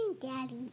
daddy